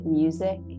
music